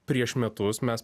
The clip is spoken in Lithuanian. prieš metus mes